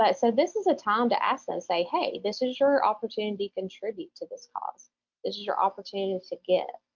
but so this is a time to ask and say, hey, this is your opportunity to contribute to this cause. this is your opportunity to give.